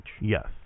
Yes